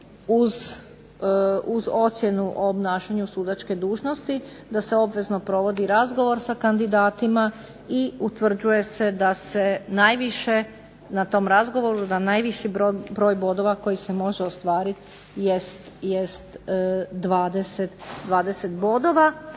uz ocjenu u obnašanju sudačke dužnosti, da se obvezno provodi razgovor sa kandidatima i utvrđuje se da se najviše na tom razgovoru, da najviši broj bodova koji se može ostvariti jest 20 bodova,